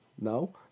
no